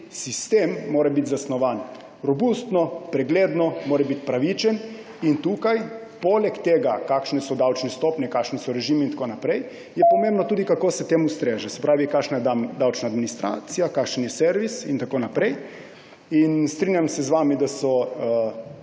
sistem zasnovan robustno, pregledno, mora biti pravičen, in tukaj, poleg tega, kakšne so davčne stopnje, kakšni so režimi in tako naprej, je pomembno tudi, kako se temu streže, se pravi, kakšna je davčna administracija, kakšen je servis in tako naprej. Strinjam se z vami, da so